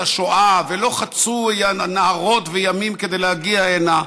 השואה ולא חצו נהרות וימים כדי להגיע הנה,